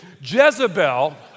Jezebel